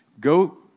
go